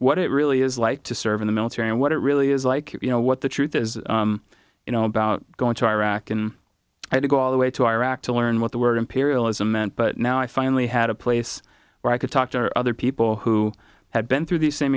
what it really is like to serve in the military and what it really is like you know what the truth is you know about going to iraq and i had to go all the way to iraq to learn what the word imperialism meant but now i finally had a place where i could talk to other people who had been through the same